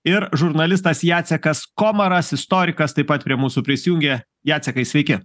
ir žurnalistas jacekas komaras istorikas taip pat prie mūsų prisijungė jacekai sveiki